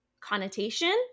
connotation